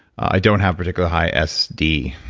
i don't have particular high sd.